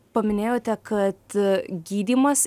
paminėjote kad gydymas